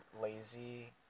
lazy